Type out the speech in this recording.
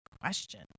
question